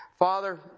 Father